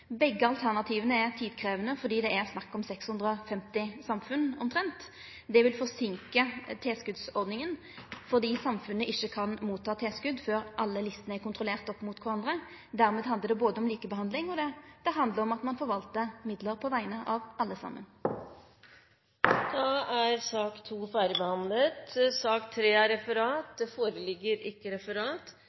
Begge alternativa er tidkrevjande, fordi det er snakk om 650 samfunn, omtrent. Det vil forseinka tilskotsordninga, fordi samfunna ikkje kan motta tilskot før alle listene er kontrollerte mot kvarandre. Dermed handlar det både om likebehandling og om at ein forvaltar midlar på vegner av alle saman. Da er sak nr. 2 ferdigbehandlet. Det foreligger ikke referat.